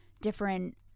different